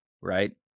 right